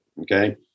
Okay